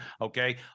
Okay